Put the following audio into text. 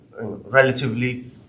relatively